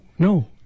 No